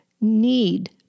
need